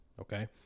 Okay